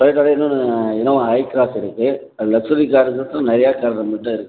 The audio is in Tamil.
டொயோட்டால இன்னொன்னு யுனவோ ஐக்ராஸ் இருக்குது லக்ஸரி காருன்னுட்டு நிறைய காரு நம்மகிட்ட இருக்குது